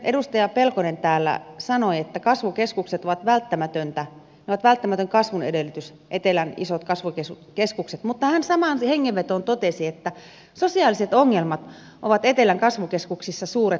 edustaja pelkonen täällä sanoi että etelän isot kasvukeskukset ovat välttämätön kasvun edellytys etelän isot kasvot isot keskukset mutta hän totesi samaan hengenvetoon että sosiaaliset ongelmat ovat etelän kasvukeskuksissa suuret